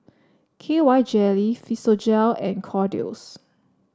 K Y Jelly Physiogel and Kordel's